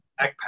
backpack